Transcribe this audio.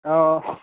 অঁ